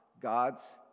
God's